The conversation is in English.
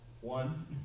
one